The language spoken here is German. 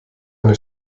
eine